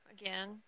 again